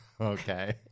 Okay